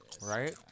Right